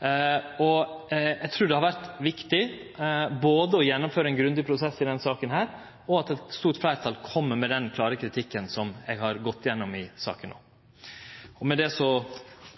Eg trur det har vore viktig å gjennomføre ein grundig prosess i denne saka og at eit fleirtal kjem med den klare kritikken som ein har i saka. Med det